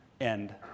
end